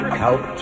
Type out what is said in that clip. help